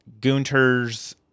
Gunter's